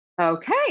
Okay